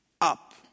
up